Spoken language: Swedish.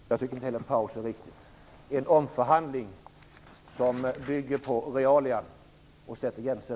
Herr talman! Jag uttryckte mig fel. Jag tycker inte heller att det är bra med en paus i en omförhandling som bygger på realia och sätter gränser.